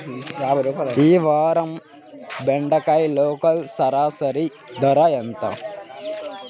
ఈ వారం బెండకాయ లోకల్ సరాసరి ధర ఎంత?